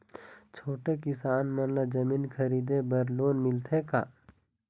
छोटे किसान मन ला जमीन खरीदे बर लोन मिलथे का?